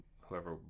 whoever